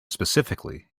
specifically